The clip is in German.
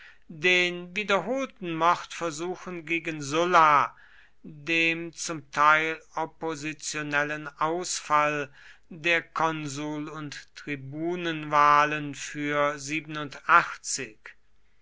den wiederholten mordversuchen gegen sulla dem zum teil oppositionellen ausfall der konsul und tribunenwahlen für